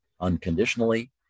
unconditionally